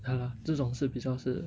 ya lah 这种是比较是